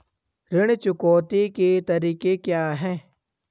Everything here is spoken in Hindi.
ऋण चुकौती के तरीके क्या हैं?